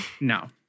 No